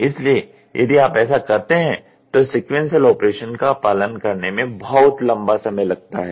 इसलिए यदि आप ऐसा करते हैं तो सिक़्वेन्सिअल ऑपरेशन का पालन करने में बहुत लंबा समय लगता है